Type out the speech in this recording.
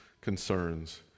concerns